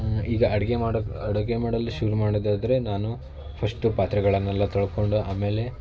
ಈಗ ಅಡುಗೆ ಮಾಡಿ ಅಡುಗೆ ಮಾಡಲು ಶುರು ಮಾಡೋದಾದರೆ ನಾನು ಫಸ್ಟು ಪಾತ್ರೆಗಳನ್ನೆಲ್ಲ ತೊಳ್ಕೊಂಡು ಆಮೇಲೆ